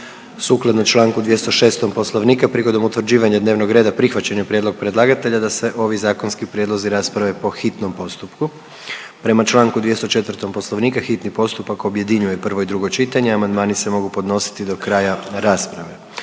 Sukladno čl. 206. Poslovnika prigodom utvrđivanja dnevnog reda prihvaćen je prijedlog predlagatelja da se ovi zakonski prijedlozi rasprave po hitnom postupku. Prema čl. 204. Poslovnika hitni postupak objedinjuje prvo i drugo čitanje, amandmani se mogu podnositi do kraja rasprave.